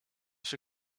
się